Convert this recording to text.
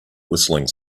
whistling